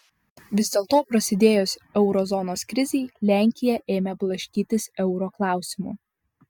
vis dėlto prasidėjus euro zonos krizei lenkija ėmė blaškytis euro klausimu